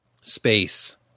space